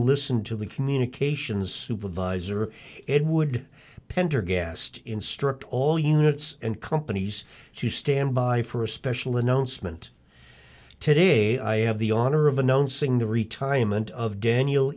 listened to the communications supervisor it would pendergast instruct all units and companies to stand by for a special announcement today i have the honor of a known sing the retirement of daniel